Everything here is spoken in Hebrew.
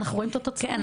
ואנחנו רואים את התוצרים,